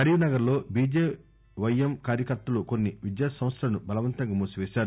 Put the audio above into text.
కరీంనగర్ లో బిజెపైఎం కార్యకర్తలు కొన్ని విద్యా సంస్థలను బలవంతంగా మూసిపేశారు